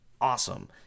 awesome